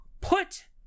put